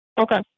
okay